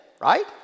right